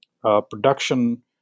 production